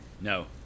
No